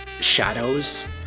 shadows